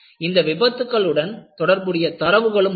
இந்த விபத்துக்ககளுடன் தொடர்புடைய தரவுகளும் உள்ளன